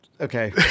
Okay